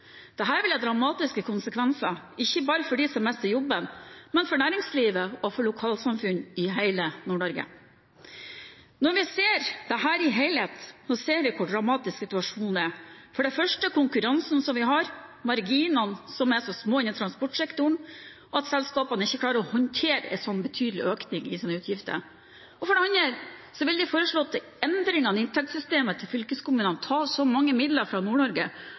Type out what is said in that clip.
vil ha dramatiske konsekvenser, ikke bare for dem som mister jobben, men for næringslivet og for lokalsamfunn i hele Nord-Norge. Når vi ser dette i helhet, ser vi hvor dramatisk situasjonen er. For det første gjelder det konkurransen innen transportsektoren, hvor marginene er så små at selskapene ikke vil klare å håndtere en så betydelig økning i sine utgifter. For det andre vil de foreslåtte endringene i inntektssystemet til fylkeskommunene ta så mange midler fra